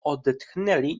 odetchnęli